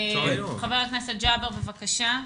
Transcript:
חבר הכנסת ג'אבר, בבקשה.